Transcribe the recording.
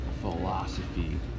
philosophy